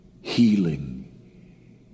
healing